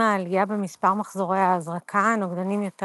עם העלייה במספר מחזורי ההזרקה הנוגדנים יותר